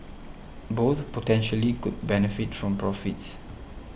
both potentially could benefit from profits